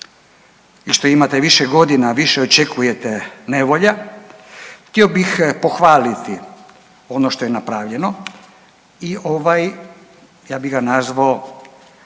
i što imate više godina više očekujete nevolja, htio bih pohvaliti ono što je napravljeno i ja bi ga nazvao